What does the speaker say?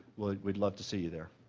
we'd love to see you there.